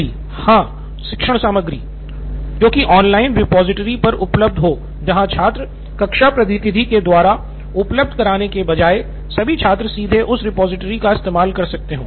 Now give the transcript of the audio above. सिद्धार्थ मटूरी हाँ शिक्षण सामग्री जो की ऑनलाइन रिपॉजिटरी पर उपलब्ध हो जहाँ छात्र कक्षा प्रतिनिधि के द्वारा उपलब्ध कराने के बजाय सभी छात्र सीधे उस रिपॉजिटरी का इस्तेमाल कर सकते हो